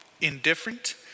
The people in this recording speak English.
indifferent